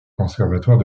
conservatoire